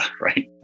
right